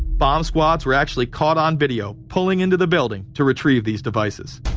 bomb squads were actually caught on video. pulling into the building to retrieve these devices.